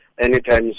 anytime